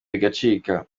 bigacika